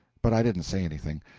but i didn't say anything.